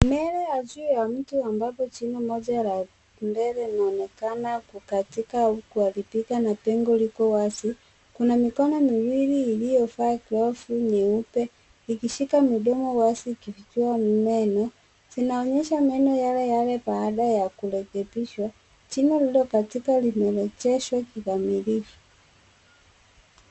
Meno ya juu ya mtu ambapo jino moja la mbele linaonekana kukatika au kuharibika na pengo liko wazi. Kuna mikono miwili iliyovaa glavu nyeupe ikishika midomo wazi ikifichua meno, zinaonyesha meno yale, yale baada ya kurekebishwa. Jino lililokatika limerejeshwa kikamilifu.